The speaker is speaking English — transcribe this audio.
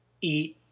eat